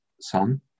son